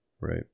right